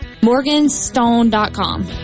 Morganstone.com